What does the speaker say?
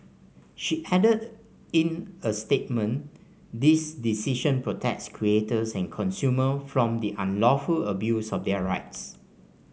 she added in a statement this decision protects creators and consumer from the unlawful abuse of their rights